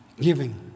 giving